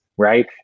right